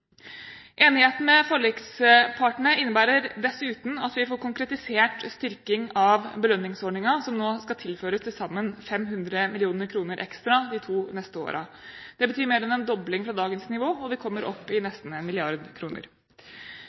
Enigheten med forlikspartene innebærer dessuten at vi får konkretisert styrking av belønningsordningen, som nå skal tilføres til sammen 500 mill. kr ekstra de to neste årene. Det betyr mer enn en dobling fra dagens nivå, og vi kommer opp i nesten